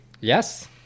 Yes